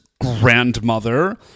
grandmother